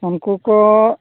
ᱩᱱᱠᱩᱠᱚ